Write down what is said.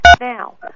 now